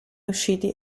usciti